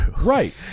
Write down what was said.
Right